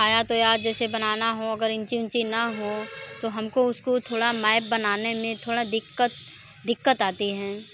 आया तो याद जैसे बनाना हो अगर इंची विंची ना हों तो हम को उसको थोड़ा मैप बनाने में थोड़ा दिंक्कत दिक्कत आती है